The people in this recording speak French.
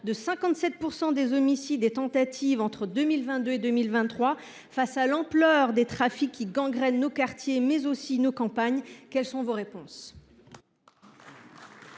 de 57 % des homicides et tentatives d’homicide entre 2022 et 2023, face à l’ampleur des trafics qui gangrènent nos quartiers, mais aussi nos campagnes, quelles sont vos réponses ?